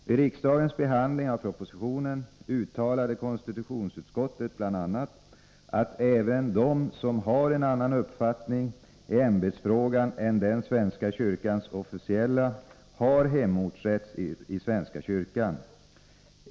Vid riksdagens behandling av propositionen uttalade konstitutionsutskottet bl.a. att även de som har en annan uppfattning i ämbetsfrågan än den svenska kyrkans officiella har hemortsrätt i svenska kyrkan.